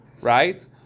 right